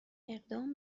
اقدام